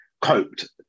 coped